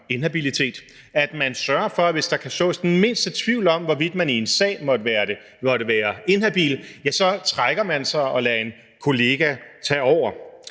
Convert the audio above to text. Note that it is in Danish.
at man sørger for, at man, hvis der kan sås den mindste tvivl om, hvorvidt man i en sag måtte være inhabil, trækker sig og lader en kollega tage over.